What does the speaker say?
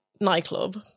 nightclub